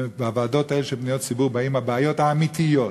לוועדות האלה לפניות ציבור באות הבעיות האמיתיות,